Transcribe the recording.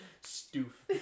Stoof